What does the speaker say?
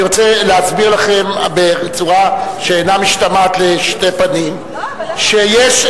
אני רוצה להסביר לכם בצורה שאינה משתמעת לשתי פנים שיש,